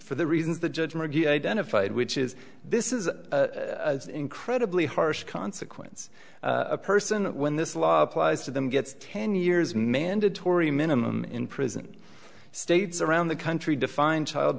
for the reasons the judge mcgee identified which is this is incredibly harsh consequence a person when this law applies to them gets ten years mandatory minimum in prison states around the country defined child